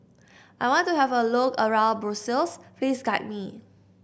I want to have a look around Brussels Please guide me